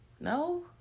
no